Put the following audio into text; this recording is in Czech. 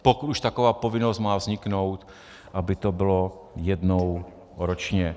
Pokud už taková povinnost má vzniknout, aby to bylo jednou ročně.